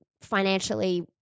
financially